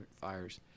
fires